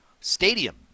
stadium